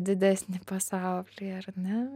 didesnį pasaulį ar ne